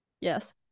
yes